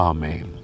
Amen